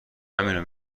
همینو